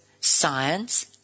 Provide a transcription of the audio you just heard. science